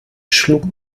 schlug